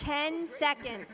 ten second